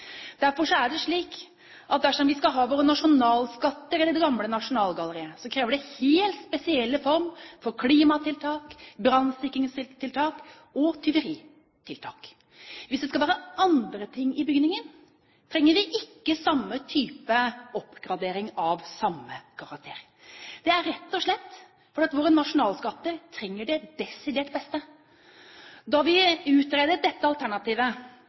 spesielle former for klimatiltak, brannsikringstiltak og tyveritiltak. Hvis det skal være andre ting i bygningen, trenger vi ikke samme type oppgradering av samme karakter. Det er rett og slett for at våre nasjonalskatter trenger det desidert beste. Da vi utredet dette alternativet,